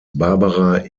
barbara